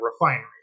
refinery